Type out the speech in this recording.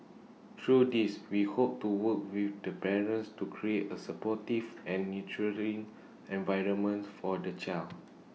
through these we hope to work with the parents to create A supportive and nurturing environments for the child